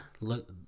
look